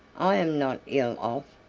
i am not ill off,